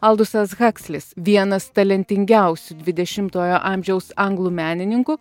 aldusas hakslis vienas talentingiausių dvidešimtojo amžiaus anglų menininkų